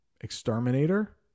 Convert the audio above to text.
exterminator